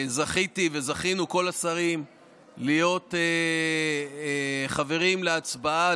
זכיתי וזכינו כל השרים להיות חברים להצבעה,